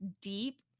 deep